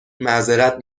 معذرت